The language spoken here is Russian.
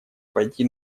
пойти